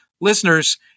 listeners